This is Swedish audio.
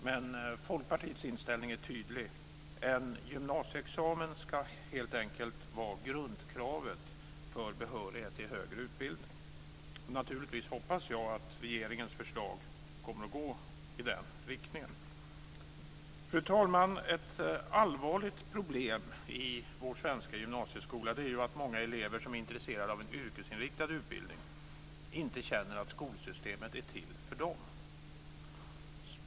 Men Folkpartiets inställning är tydlig: En gymnasieexamen ska helt enkelt vara grundkravet för behörighet till högre utbildning. Naturligtvis hoppas jag att regeringens förslag kommer att gå i den riktningen. Fru talman! Ett allvarligt problem i vår svenska gymnasieskola är att många elever som är intresserade av en yrkesinriktad utbildning inte känner att skolsystemet är till för dem.